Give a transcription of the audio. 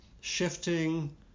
shifting